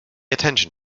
attention